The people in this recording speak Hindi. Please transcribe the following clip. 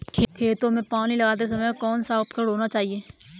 खेतों में पानी लगाते समय कौन सा उपकरण होना चाहिए?